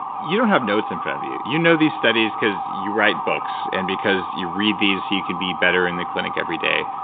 you don't have notes in front of you. you know these studies because you write books and because you read these so you can be better in the clinic every day.